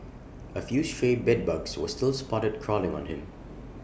A few stray bedbugs were still spotted crawling on him